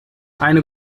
eine